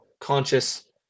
conscious